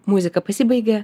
muzika pasibaigė